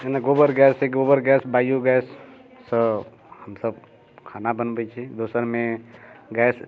जेना गोबर गैस अछि गोबर गैस बायो गैससँ हमसभ खाना बनबैत छी दोसरमे गैस